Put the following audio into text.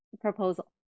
proposal